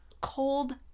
cold